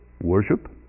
worship